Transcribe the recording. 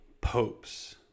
popes